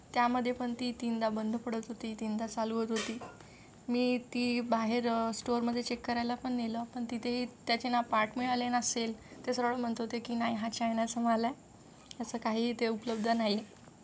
त्यामध्ये पण ती तीनदा बंद पडत होती तीनदा चालू होत होती मी ती बाहेर स्टोअरमध्ये चेक करायला पण नेलं पण तिथे त्याचे ना पार्ट मिळाले ना सेल ते सरळ म्हणत होते की नाही हा चायनाचा माल आहे असं काहीही इथे उपलब्ध नाही